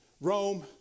Rome